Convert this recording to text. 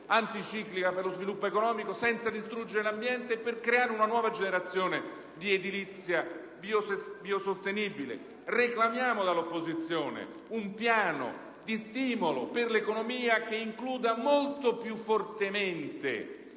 anticiclica per lo sviluppo economico, senza distruggere l'ambiente, e per creare una nuova generazione di edilizia biosostenibile. Reclamiamo dall'opposizione un piano di stimolo per l'economia che includa molto più fortemente